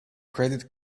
credit